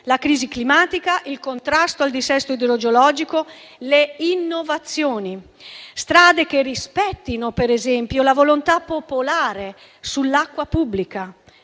la crisi climatica, il contrasto al dissesto idrogeologico e le innovazioni e che rispettino, per esempio, la volontà popolare sull'acqua pubblica.